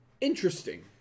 Interesting